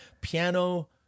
Piano